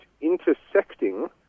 intersecting